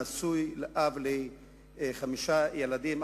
נשוי ואב לחמישה ילדים,